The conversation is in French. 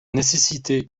nécessité